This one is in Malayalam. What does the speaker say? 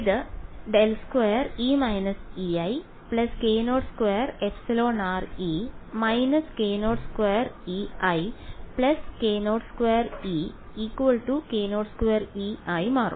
ഇത് ∇2E − Ei k02εrE − k02Ei k02E k02E ആയി മാറും